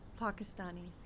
Pakistani